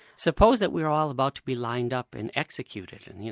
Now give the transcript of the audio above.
suppose that we're all about to be lined up and executed, and you